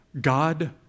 God